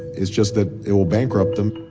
it's just that it will bankrupt them